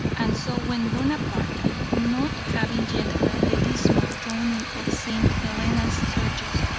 and so when bonaparte, who, not having yet heard the dismal droning of st. helena's surges,